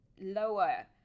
lower